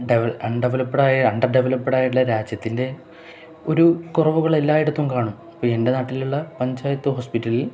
അൺ developed ആ under ഡെവലപ്ഡായിട്ടുള്ള രാജ്യത്തിൻ്റെ ഒരു കുറവുകൾ എല്ലായിടത്തും കാണും ഇപ്പോള് എൻ്റെ നാട്ടിലുള്ള പഞ്ചായത്ത് ഹോസ്പിറ്റലിൽ